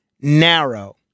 narrow